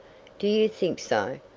do you think so?